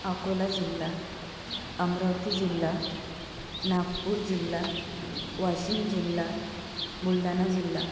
अकोला जिल्हा अमरावती जिल्हा नागपूर जिल्हा वाशिम जिल्हा बुलढाणा जिल्हा